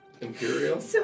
Imperial